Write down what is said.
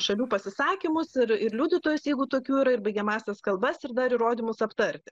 šalių pasisakymus ir ir liudytojus jeigu tokių yra ir baigiamąsias kalbas ir dar įrodymus aptarti